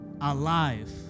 alive